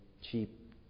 cheap